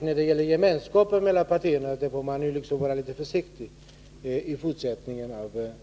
När det gäller gemenskapen mellan partierna får Birger Rosqvist vara litet försiktigare i fortsättningen.